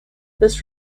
this